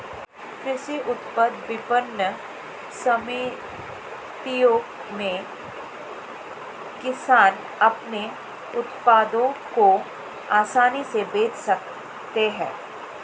कृषि उत्पाद विपणन समितियों में किसान अपने उत्पादों को आसानी से बेच सकते हैं